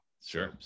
Sure